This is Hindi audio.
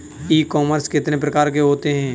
ई कॉमर्स कितने प्रकार के होते हैं?